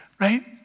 right